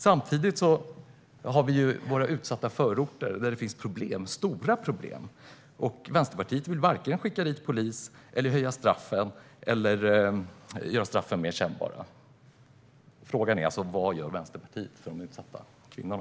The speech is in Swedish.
Samtidigt finns de utsatta förorterna som har stora problem. Vänsterpartiet vill varken skicka dit polis, höja straffen eller göra straffen mer kännbara. Vad gör Vänsterpartiet för de utsatta kvinnorna?